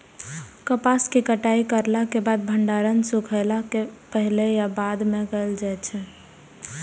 कपास के कटाई करला के बाद भंडारण सुखेला के पहले या बाद में कायल जाय छै?